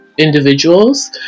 individuals